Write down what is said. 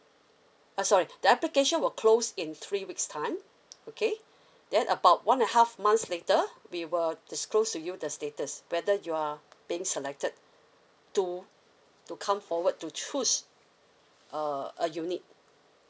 uh sorry the application will close in three weeks time okay then about one and half months later we will disclose to you the status whether you are being selected to to come forward to choose a a unit